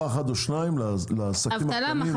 אחת או שתיים לעסקים הקטנים ולעצמאים.